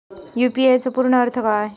UPI चो पूर्ण अर्थ काय?